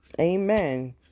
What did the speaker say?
Amen